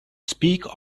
speak